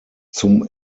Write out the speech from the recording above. zum